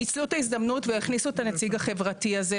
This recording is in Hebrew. ניצלו את ההזדמנות והכניסו את הנציג החברתי הזה,